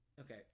Okay